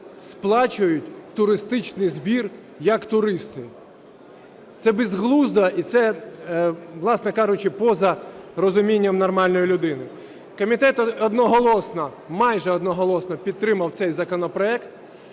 сплачують туристичний збір як туристи. Це безглуздо і це, власне кажучи, поза розумінням нормальної людини. Комітет одноголосно, майже одноголосно підтримав цей законопроект